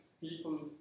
people